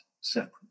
separate